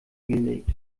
gelegt